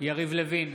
יריב לוין,